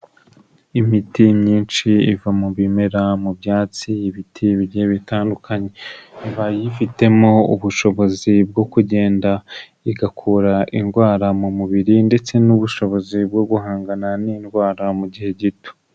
Imiti myinshi iva mu bimera, mu byatsi, ibiti bigiye bitandukanye, iba yifitemo ubushobozi bwo kugenda igakura indwara mu mubiri, ndetse n'ubushobozi bwo guhangana n'indwara mu gihe gito.